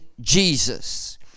Jesus